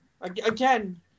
Again